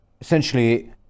essentially